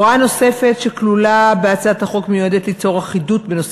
הוראה נוספת הכלולה בהצעת החוק מיועדת ליצור אחידות בנושא